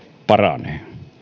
paranee